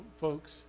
folks